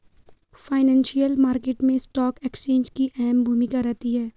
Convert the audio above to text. financial market मैं stock exchange की अहम भूमिका रहती है